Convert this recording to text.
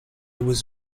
was